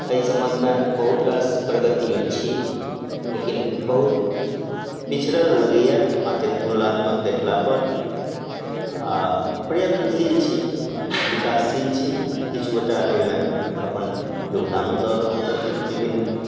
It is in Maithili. अइ सम्बन्धमे बहुत रास प्रगतिमे छी लेकिन बहुत पिछड़ल लगइए आओर जे तुलनात्मक देखला पर आओर प्रयत्नशील छी विकासशील छी किछु गोटा अइमे अपन योगदानो दऽ रहल छथिन विभिन्न